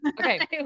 Okay